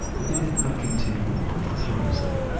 but they did not continue on autonomously.